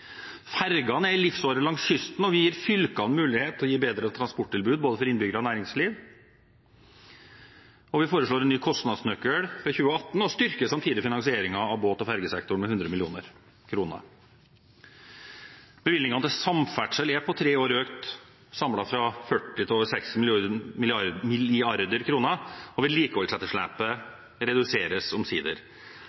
Ferjene er en livsåre langs kysten, og vi gir fylkene mulighet til å gi bedre transporttilbud til både innbyggere og næringsliv. Vi foreslår en ny kostnadsnøkkel for 2018 og styrker samtidig finansieringen av båt- og ferjesektoren med 100 mill. kr. Bevilgningene til samferdsel er på tre år økt samlet fra 40 mrd. kr til over 60 mrd. kr, og vedlikeholdsetterslepet